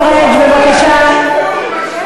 יש גבול, יש גבול למה שאתה אומר.